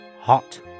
hot